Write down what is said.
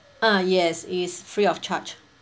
ah yes is free of charge